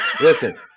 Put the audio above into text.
Listen